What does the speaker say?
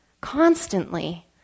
Constantly